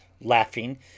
laughing